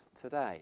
today